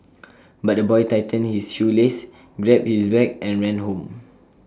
but the boy tightened his shoelaces grabbed his bag and ran home